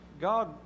God